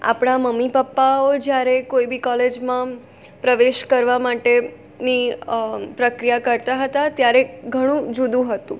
આપણાં મમ્મી પપ્પાઓ જ્યારે કોઇ બી કોલેજમાં પ્રવેશ કરવા માટેની પ્રક્રિયા કરતા હતાં ત્યારે ઘણું જૂદું હતું